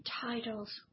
titles